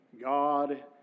God